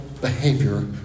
behavior